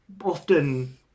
often